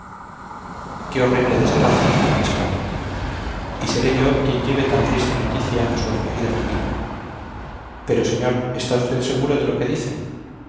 qué horrible desgracia exclamé y seré yo quien lleve tan triste noticia a su afligida familia pero señor está usted seguro de lo que dice